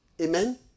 Amen